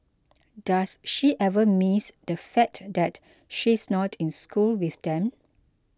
does she ever miss the fact that she is not in school with them